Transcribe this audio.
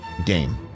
Game